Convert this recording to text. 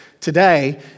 today